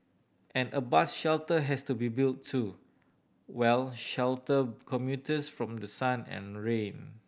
and a bus shelter has to be built to well shelter commuters from the sun and rain